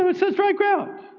but says dry ground.